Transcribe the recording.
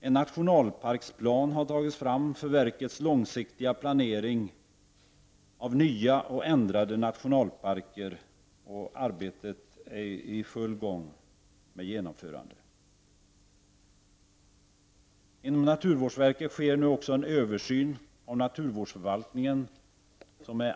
En nationalparksplan har tagits fram för verkets långsiktiga planering av nya och ändrade nationalparker, och arbetet med att genomföra detta är i full gång. Inom naturvårdsverket sker nu också en angelägen översyn av naturvårdsförvaltningen.